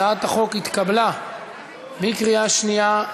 הצעת החוק התקבלה בקריאה שנייה.